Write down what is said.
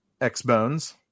X-Bones